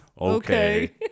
Okay